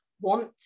want